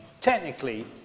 technically